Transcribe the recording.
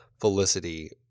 Felicity